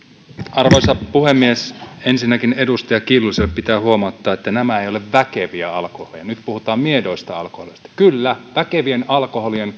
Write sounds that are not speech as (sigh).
arvoisa puhemies ensinnäkin edustaja kiljuselle pitää huomauttaa että nämä eivät ole väkeviä alkoholeja nyt puhutaan miedoista alkoholeista kyllä väkevien alkoholien (unintelligible)